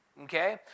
Okay